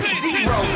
zero